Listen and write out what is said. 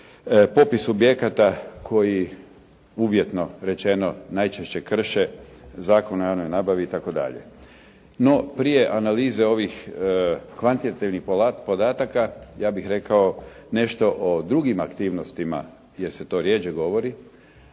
popis subjekata koji, uvjetno rečeno najčešće krše Zakon o javnoj nabavi itd. No, prije analize ovih kvantitativnih podataka ja bih rekao nešto o drugim aktivnostima jer se to rjeđe govori,